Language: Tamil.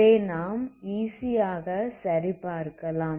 இதை நாம் ஈசி ஆக சரி பார்க்கலாம்